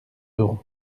euros